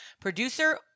Producer